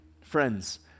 friends